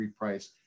reprice